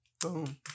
Boom